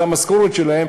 זו המשכורות שלהן,